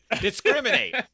Discriminate